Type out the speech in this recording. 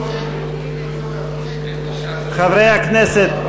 חברי הכנסת,